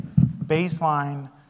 baseline